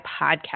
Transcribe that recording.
podcast